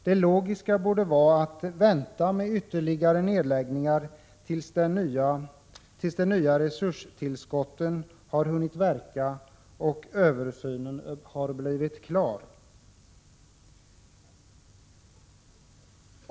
Det logiska borde vara att vänta med ytterligare nedläggningar tills de nya resurstillskotten har hunnit verka och översynen har blivit klar.